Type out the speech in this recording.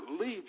leave